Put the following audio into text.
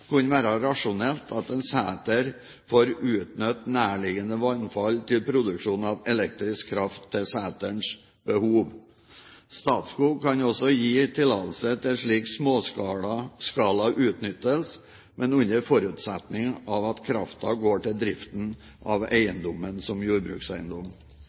kunne være rasjonelt at en seter får utnytte nærliggende vannfall til produksjon av elektrisk kraft til seterens behov. Statskog kan også gi tillatelse til slik småskala utnyttelse, men under forutsetning av at kraften går til driften av eiendommen som jordbrukseiendom.